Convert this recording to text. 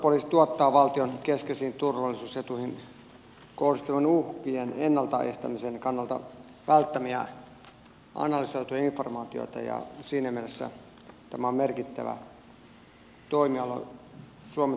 suojelupoliisi tuottaa valtion keskeisiin turvallisuusetuihin kohdistuvien uhkien ennalta estämisen kannalta välttämätöntä analysoitua informaatiota ja siinä mielessä tämä on merkittävä toimiala suomen turvallisuuden kannalta